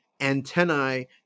Antennae